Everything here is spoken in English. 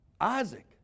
Isaac